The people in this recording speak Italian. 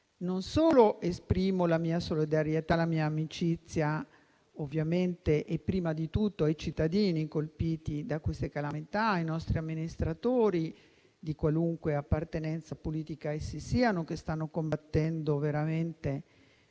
prima di tutto la mia solidarietà e la mia amicizia ai cittadini colpiti da queste calamità, ai nostri amministratori, di qualunque appartenenza politica essi siano, che stanno combattendo veramente